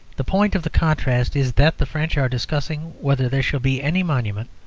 the point of the contrast is that the french are discussing whether there shall be any monument,